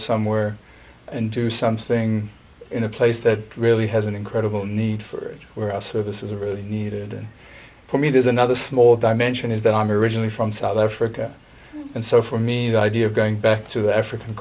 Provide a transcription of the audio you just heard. somewhere and do something in a place that really has an incredible need for it where our services are really needed for me there's another small dimension is that i'm originally from south africa and so for me the idea of going back to the african